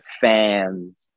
fans